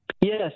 yes